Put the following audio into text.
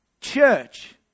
church